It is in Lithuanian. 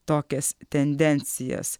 tokias tendencijas